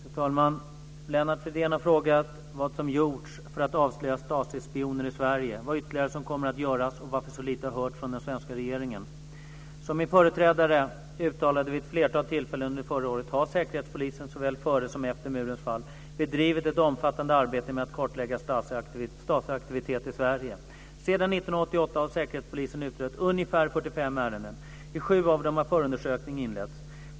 Fru talman! Lennart Fridén har frågat vad som gjorts för att avslöja STASI-spioner i Sverige, vad ytterligare som kommer att göras och varför så lite har hörts från den svenska regeringen. Som min företrädare uttalade vid ett flertal tillfällen under förra året har Säkerhetspolisen, såväl före som efter murens fall, bedrivit ett omfattande arbete med att kartlägga STASI-aktivitet i Sverige. Sedan 1988 har Säkerhetspolisen utrett ungefär 45 ärenden. I sju av dem har förundersökning inletts.